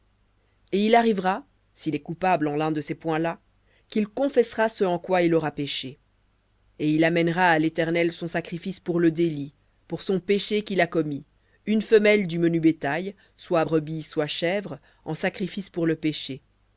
et il arrivera s'il est coupable en l'un de ces points là qu'il confessera ce en quoi il aura péché et il amènera à l'éternel son sacrifice pour le délit pour son péché qu'il a commis une femelle du menu bétail soit brebis soit chèvre en sacrifice pour le péché